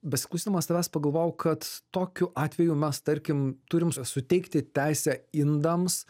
besiklausydamas tavęs pagalvojau kad tokiu atveju mes tarkim turim suteikti teisę indams